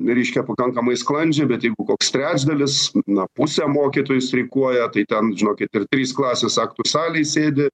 reiškia pakankamai sklandžiai bet jeigu koks trečdalis na pusė mokytojų streikuoja tai ten žinokit ir trys klasės aktų salėj sėdi